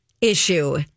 issue